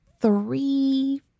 three